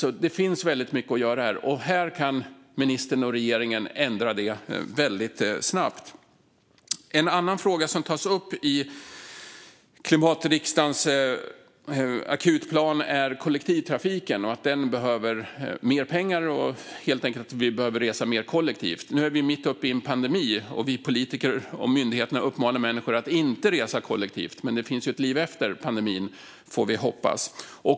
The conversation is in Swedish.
Det finns alltså väldigt mycket att göra, och regeringen och ministern kan ändra det väldigt snabbt. En annan fråga som tas upp i Klimatriksdagens akutplan är kollektivtrafiken och att den behöver mer pengar - och att vi helt enkelt behöver resa mer kollektivt. Nu är vi mitt uppe i en pandemi, och vi politiker och myndigheterna uppmanar människor att inte resa kollektivt. Men det finns ju ett liv efter pandemin, får vi hoppas.